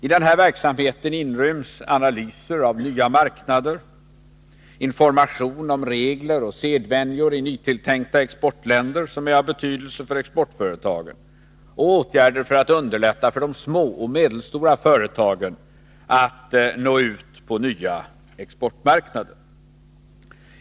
I denna verksamhet inryms analyser av nya marknader, information om regler och sedvänjor i tilltänkta nya exportländer som är av betydelse för exportföretagen och åtgärder för att underlätta för de små och medelstora företagen att nå ut på nya exportmarknader.